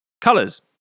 colors